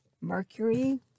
Mercury